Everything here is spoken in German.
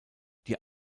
die